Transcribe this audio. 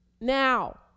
now